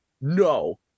no